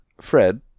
Fred